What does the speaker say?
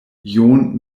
john